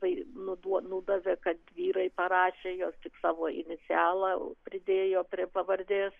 tai nuduo nudavė kad vyrai parašė jos tik savo inicialą pridėjo prie pavardės